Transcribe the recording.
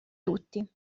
tutti